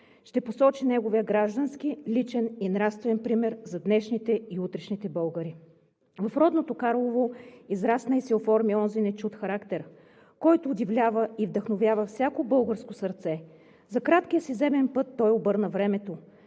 ще посочи неговия граждански, личен и нравствен пример за днешните и утрешните българи. В родното Карлово израсна и се оформи онзи нечут характер, който удивлява и вдъхновява всяко българско сърце. За краткия си земен път той обърна времето.